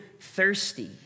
thirsty